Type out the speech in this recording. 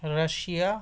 Russia